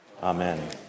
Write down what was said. Amen